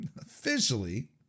Officially